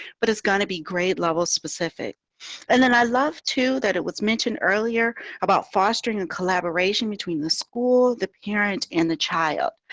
but it's going to be grade level specific and then i love to that it was mentioned earlier about fostering and collaboration between the school, the parent and the child.